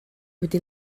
wedi